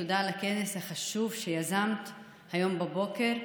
תודה על הכנס החשוב שיזמת היום בבוקר.